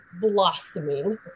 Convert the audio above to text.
Blossoming